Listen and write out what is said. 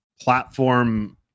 platform